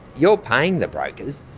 you're paying the brokers,